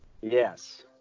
Yes